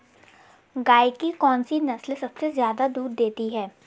गाय की कौनसी नस्ल सबसे ज्यादा दूध देती है?